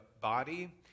body